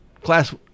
Class